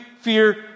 fear